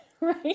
right